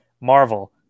marvel